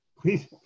please